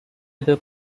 other